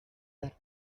that